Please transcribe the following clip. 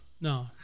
No